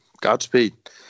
Godspeed